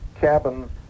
cabin